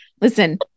Listen